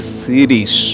series